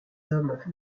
hommes